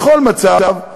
בכל מצב,